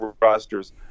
rosters